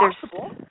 possible